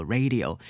Radio